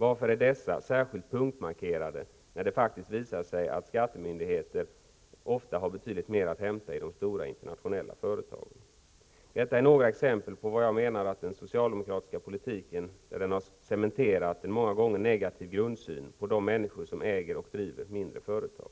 Varför är dessa särskilt punktmarkerade, när det faktiskt visar sig att skattemyndigheter ofta har betydligt mer att hämta i de stora internationella företagen? Detta är några exempel på vad jag menar med att den socialdemokratiska politiken har cementerat en många gånger negativ grundsyn på de människor som äger och driver mindre företag.